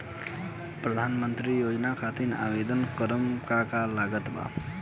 प्रधानमंत्री योजना खातिर आवेदन करम का का लागत बा?